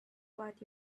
what